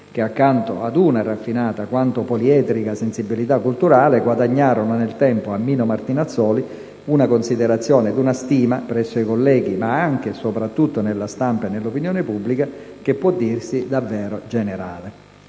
che accanto ad una raffinata quanto poliedrica sensibilità culturale guadagnarono nel tempo a Mino Martinazzoli una considerazione ed una stima - presso i colleghi, ma anche e soprattutto nella stampa e nell'opinione pubblica - che può dirsi davvero generale.